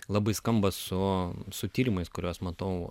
labai skamba su su tyrimais kuriuos matau